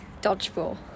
Dodgeball